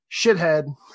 shithead